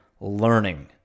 learning